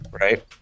Right